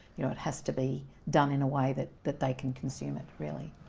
you know it has to be done in a way that that they can consume it, really.